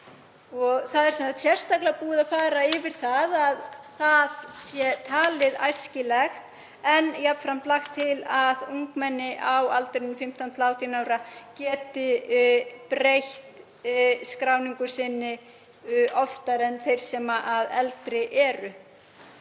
Það er sérstaklega búið að fara yfir það að það sé talið æskilegt en jafnframt er lagt til að ungmenni á aldrinum 15–18 ára geti breytt skráningu sinni oftar en þeir sem eldri eru.